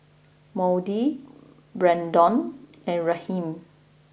Maude Braydon and Raheem